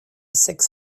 sex